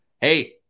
hey